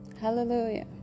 Hallelujah